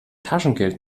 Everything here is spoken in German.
taschengeld